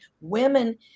Women